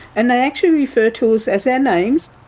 and they actually refer to us as our names.